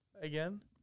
again